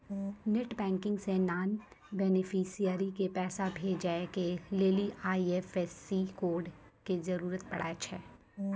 net banking से non beneficiary के पैसा भेजै के लेली आई.एफ.एस.सी कोड के जरूरत पड़ै छै